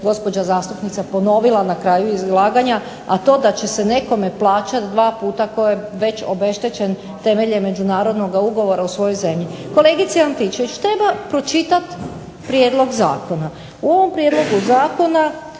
gospođa zastupnica ponovila na kraju izlaganja, a to da će se nekome plaćati dva puta tko je već obeštećen temeljem međunarodnog ugovora u svojoj zemlji. Kolegice Antičević treba pročitati Prijedlog zakona. U ovom Prijedlogu zakona